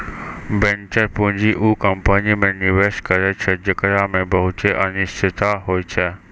venture पूंजी उ company मे निवेश करै छै जेकरा मे बहुते अनिश्चिता होय छै